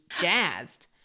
jazzed